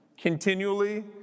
continually